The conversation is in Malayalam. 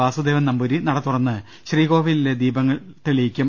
വാസുദേവൻ നമ്പൂതിരി നടതുറന്ന് ശ്രീകോവിലിലെ ദീപങ്ങൾ തെളിയിക്കും